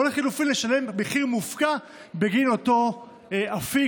או לחלופין לשלם מחיר מופקע בגין אותו אפיק